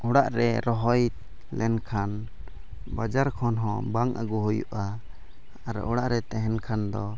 ᱚᱲᱟᱜ ᱨᱮ ᱨᱚᱦᱚᱭ ᱞᱮᱱᱠᱷᱟᱱ ᱵᱟᱡᱟᱨ ᱠᱷᱚᱱ ᱦᱚᱸ ᱵᱟᱝ ᱟᱹᱜᱩ ᱦᱩᱭᱩᱜᱼᱟ ᱟᱨ ᱚᱲᱟᱜ ᱨᱮ ᱛᱟᱦᱮᱱ ᱠᱷᱟᱱ ᱫᱚ